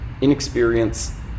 inexperience